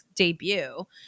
debut